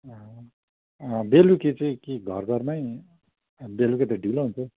बेलुकी चाहिँ कि घर घरमै बेलुकी त ढिलो हुन्छ